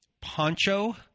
Poncho